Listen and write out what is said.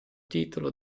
titolo